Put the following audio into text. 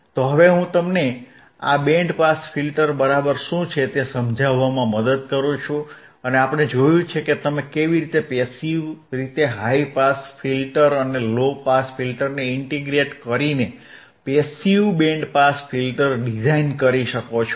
તો હવે હું તમને આ બેન્ડ પાસ ફિલ્ટર બરાબર શું છે તે સમજાવવામાં મદદ કરું છું અને આપણે જોયું છે કે તમે કેવી રીતે પેસીવ રીતે હાઇ પાસ ફિલ્ટર અને લો પાસ ફિલ્ટરને ઇન્ટીગ્રેટ કરીને passive band pass filter design કરી શકો છો